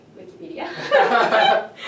Wikipedia